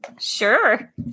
Sure